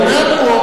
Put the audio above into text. הוא אומר לך.